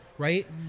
right